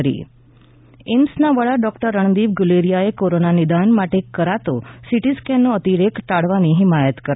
ઃ એઈમ્સના વડા ડોક્ટર રણદીપ ગુલેરિયાએ કોરોના નિદાન માટે કરતો સિટી સ્કેનનો અતિરેક ટાળવાની હિમાયત કરી